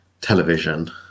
television